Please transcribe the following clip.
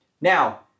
Now